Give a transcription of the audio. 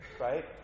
right